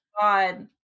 God